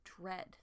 dread